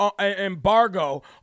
embargo